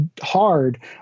hard